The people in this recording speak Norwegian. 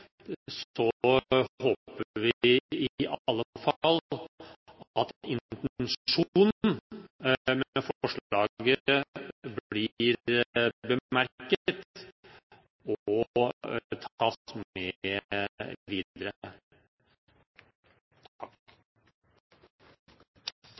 håper vi i alle fall at intensjonen med forslaget blir bemerket og tas med videre.